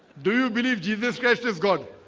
do you believe jesus christ is god